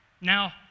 Now